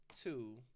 two